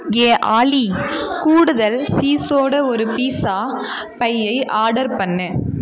ஏய் ஆலி கூடுதல் சீஸ்ஸோட ஒரு பீட்சா பையை ஆடர் பண்ணு